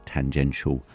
Tangential